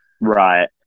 Right